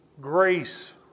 grace